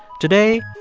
today,